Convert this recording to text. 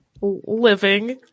living